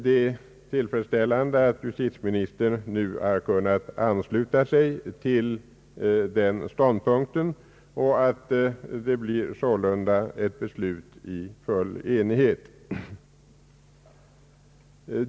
Det är tillfredsställande att justitieministern nu har kunnat ansluta sig till den ståndpunkten och att det här sålunda blir ett beslut i full enighet.